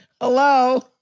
hello